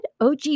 OG